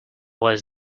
less